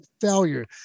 failure